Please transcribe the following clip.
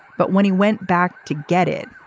but when he went back to get it,